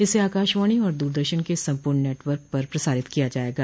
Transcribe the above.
इसे आकाशवाणी और दूरदर्शन के संपूर्ण नेटवर्क पर प्रसारित किया जायेगा